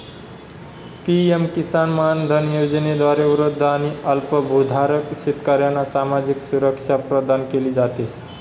PM Kisan Mandhan योजनेद्वारे वृद्ध आणि अल्पभूधारक शेतकऱ्यांना सामाजिक सुरक्षा प्रदान केली जाते